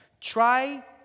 Try